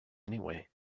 anyway